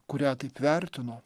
kurią taip vertino